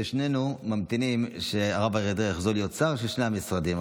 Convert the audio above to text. ששנינו ממתינים שהרב אריה דרעי יחזור להיות שר של שני המשרדים.